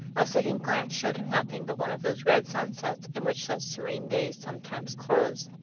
a second glance showed him nothing but one of those red sunsets in which such serene days sometimes close.